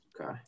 Okay